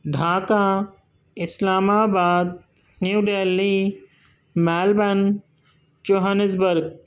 Dhaka Islamabad New Delhi Melbourne Johannesburg